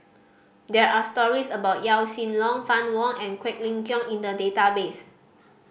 there are stories about Yaw Shin Leong Fann Wong and Quek Ling Kiong in the database